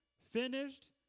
finished